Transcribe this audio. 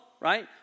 right